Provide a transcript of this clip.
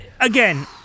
again